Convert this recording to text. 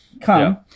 come